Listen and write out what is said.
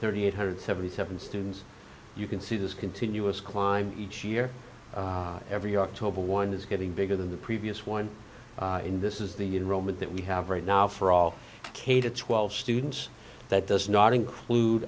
thousand eight hundred and seventy seven students you can see this continuous climb each year every york toba one is getting bigger than the previous one in this is the in roman that we have right now for all k to twelve students that does not include